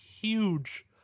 huge